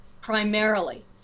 primarily